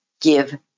give